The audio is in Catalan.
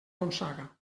gonçaga